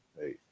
hey